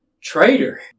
Traitor